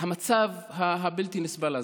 המצב הבלתי-נסבל הזה,